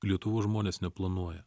lietuvos žmonės neplanuoja